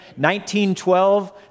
1912